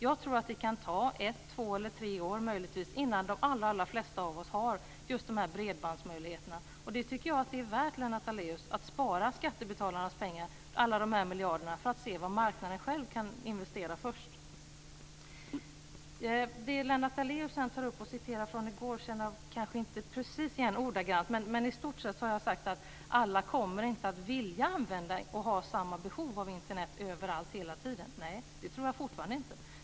Jag tror att det kan ta ett, två eller tre år innan de allra flesta av oss har de här bredbandsmöjligheterna. Jag tycker att det är värt att spara skattebetalarnas pengar, alla dessa miljarder, för att se vad marknaden själv kan investera, Lennart Daléus. Det som Lennart Daléus tog upp och citerade från i går känner jag inte igen ordagrant. Men jag har i stort sett sagt att alla inte kommer att vilja använda och ha samma behov av Internet överallt hela tiden. Det tror jag fortfarande inte.